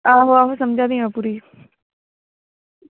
आहो आहो समझा नी आं ओह्कड़ी